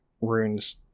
Runes